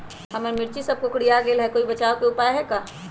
हमर मिर्ची सब कोकररिया गेल कोई बचाव के उपाय है का?